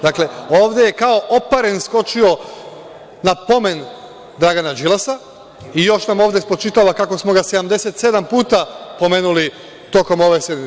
Dakle, ovde je kao oparen skočio na pomen Dragana Đilasa i još nam ovde spočitava kako smo ga 77 puta pomenuli tokom ove sednice.